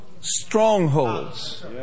strongholds